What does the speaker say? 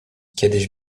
kiedyś